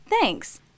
thanks